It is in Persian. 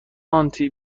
آنتی